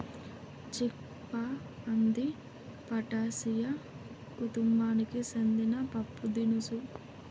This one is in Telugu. చిక్ పా అంది ఫాటాసియా కుతుంబానికి సెందిన పప్పుదినుసు